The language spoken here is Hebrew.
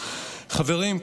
חברים,